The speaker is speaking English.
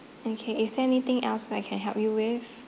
okay is there anything else that I can help you with